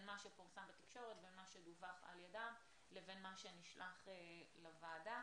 מה שפורסם בתקשורת למה שדווח על ידם לבין מה שנשלח לוועדה.